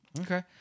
Okay